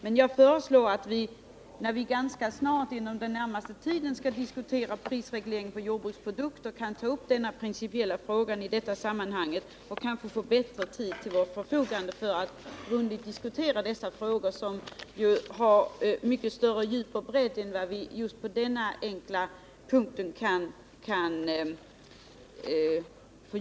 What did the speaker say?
Men eftersom vi ganska snart skall diskutera prisreglering för jordbruksprodukter föreslår jag att vi kan ta upp denna principiella fråga i det sammanhanget och kanske få bättre tid till vårt förfogande för en grundlig diskussion av dessa frågor, som har mycket större djup och bredd än vad som framgår under denna enkla punkt.